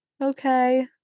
okay